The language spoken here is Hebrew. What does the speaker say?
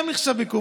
זה גם נחשב ביקור.